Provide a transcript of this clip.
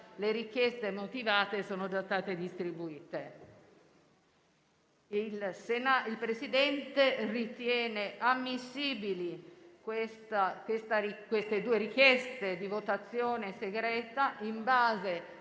Le richieste motivate sono già state distribuite. Il Presidente ritiene ammissibili tali richieste di votazione segreta, in base